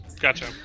Gotcha